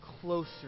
closer